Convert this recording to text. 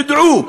תדעו,